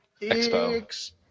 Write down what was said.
Expo